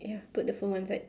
ya put the phone one side